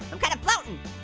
i'm kind of floating.